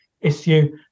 issue